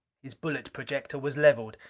his bullet projector was leveled.